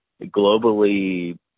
globally